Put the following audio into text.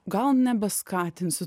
gal nebeskatinsiu